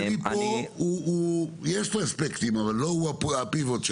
יש פה צד כלכלי, אבל זה לא הציר המרכזי של